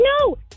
no